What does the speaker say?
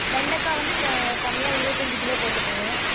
வெண்டக்காய் வந்து க கம்மியாக இருபத்தஞ்சி கிலோ போட்டுக்கங்க